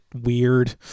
weird